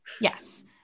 Yes